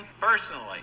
personally